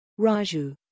Raju